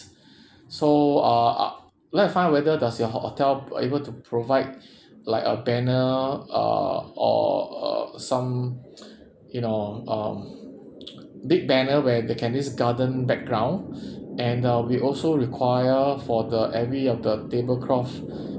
so uh uh like to find out whether does your ho~ hotel able to provide like a banner uh or or some you know um big banner where the can this garden background and uh we also require for the every of the table cloth